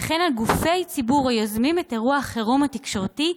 וכן על גופי הציבור היוזמים את אירוע החירום התקשורתי,